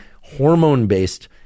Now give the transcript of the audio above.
hormone-based